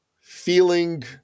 feeling